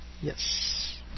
Yes